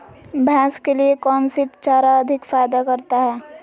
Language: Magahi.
भैंस के लिए कौन सी चारा अधिक फायदा करता है?